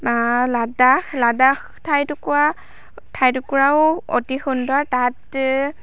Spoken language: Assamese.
লাডাখ লাডাখ ঠাইটুকুৰা ঠাইটুকুৰাও অতি সুন্দৰ তাত